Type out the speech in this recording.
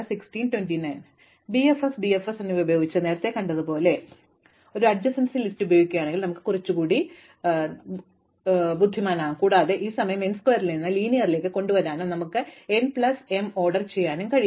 ഇപ്പോൾ BFS DFS എന്നിവ ഉപയോഗിച്ച് കണ്ടതുപോലെ നമുക്ക് ഒരു സമീപസ്ഥല ലിസ്റ്റ് ഉപയോഗിക്കുകയാണെങ്കിൽ നമുക്ക് കുറച്ചുകൂടി ബുദ്ധിമാനാകാം കൂടാതെ ഈ സമയം n സ്ക്വയറിൽ നിന്ന് ലീനിയറിലേക്ക് കൊണ്ടുവരാനും നമുക്ക് n പ്ലസ് m ഓർഡർ ചെയ്യാനും കഴിയും